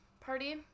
party